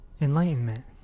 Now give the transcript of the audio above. enlightenment